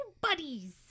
buddies